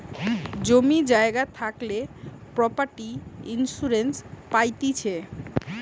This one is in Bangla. জমি জায়গা থাকলে প্রপার্টি ইন্সুরেন্স পাইতিছে